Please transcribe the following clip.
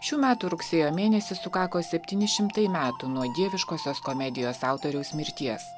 šių metų rugsėjo mėnesį sukako septyni šimtai metų nuo dieviškosios komedijos autoriaus mirties